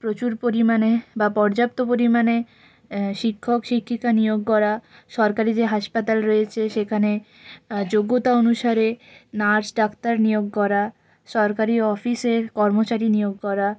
প্রচুর পরিমাণে বা পর্যাপ্ত পরিমাণে শিক্ষক শিক্ষিকা নিয়োগ করা সরকারি যে হাসপাতাল রয়েছে যেখানে যোগ্যতা অনুসারে নার্স ডাক্তার নিয়োগ করা সরকারি অফিসের কর্মচারী নিয়োগ করা